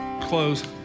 close